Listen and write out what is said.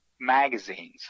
magazines